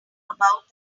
about